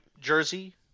jersey